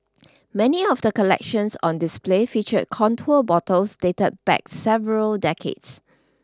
many of the collections on display featured contour bottles dated back several decades